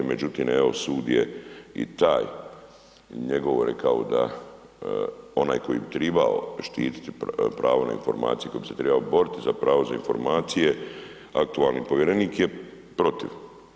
Međutim, evo sud je i taj njegov rekao da onaj koji bi trebao štiti pravo na informacije, koji bi se trebao boriti za pravo za informacije, aktualni povjerenik je protiv.